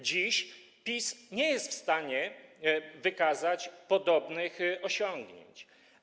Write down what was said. Dziś PiS nie jest w stanie wykazać podobnych osiągnięć.